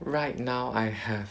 right now I have